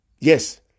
Yes